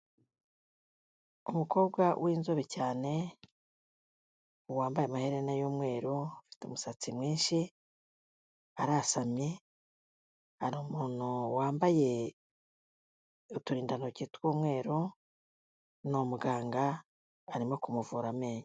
Umukobwa w'inzobe cyane wambaye amaherena y'umweru, ufite umusatsi mwinshi, arasamye hari umuntu wambaye uturindantoki tw'umweru, ni umuganga arimo kumuvura amenyo.